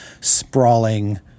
sprawling